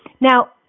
Now